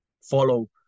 follow